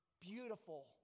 beautiful